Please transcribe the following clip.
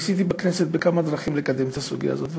ניסיתי בכנסת בכמה דרכים לקדם את הסוגיה הזאת,